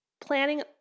planning